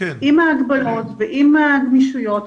עם ההגבלות ועם הגמישויות,